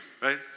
right